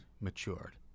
matured